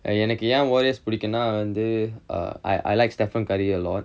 எனக்கு ஏன்:enakku yaen warriors பிடிக்குனா வந்து:pidikkunaa vanthu err I I like stephen curry a lot